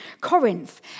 Corinth